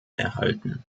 erhalten